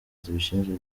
zibishinzwe